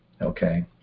Okay